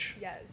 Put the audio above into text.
Yes